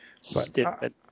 Stupid